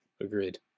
Agreed